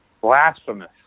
blasphemous